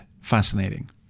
fascinating